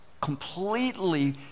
completely